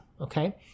Okay